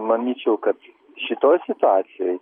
manyčiau kad šitoj situacijoj